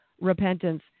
repentance